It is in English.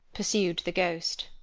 pursued the ghost,